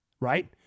right